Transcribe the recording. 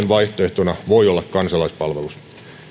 vaihtoehtona voi olla kansalaispalvelus